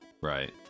Right